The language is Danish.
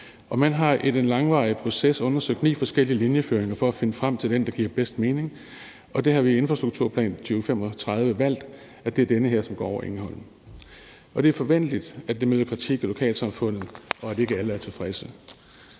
Man har i den langvarige proces undersøgt ni forskellige linjeføringer for at finde frem til den, der giver bedst mening, og der har vi i Infrastrukturplan 2035 valgt, at det at den her, som går over Egholm. Det er forventeligt, at det møder kritik fra lokalsamfundet, og at ikke alle er tilfredse.